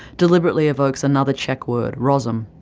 deliberately evokes another czech word, rozum,